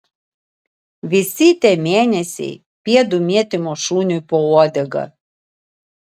visi tie mėnesiai pėdų mėtymo šuniui po uodega